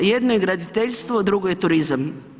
Jedno je graditeljstvo, drugo je turizam.